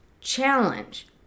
challenge